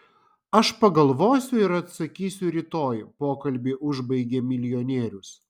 aš pagalvosiu ir atsakysiu rytoj pokalbį užbaigė milijonierius